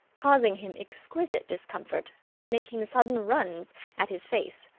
causing him exquisite discomfort by making sudden runs at his face.